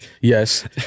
yes